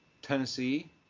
Tennessee